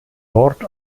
nord